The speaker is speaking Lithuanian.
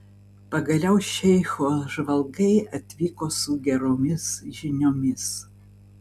pagaliau šeicho žvalgai atvyko su geromis žiniomis